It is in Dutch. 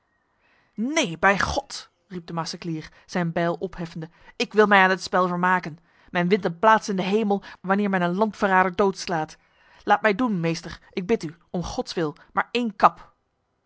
neen bij god riep de maceclier zijn bijl opheffende ik wil mij aan dit spel vermaken men wint een plaats in de hemel wanneer men een landverrader doodslaat laat mij doen meester ik bid u om gods wil maar een kap